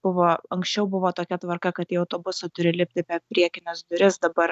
buvo anksčiau buvo tokia tvarka kad į autobusą turi lipti per priekines duris dabar